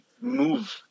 move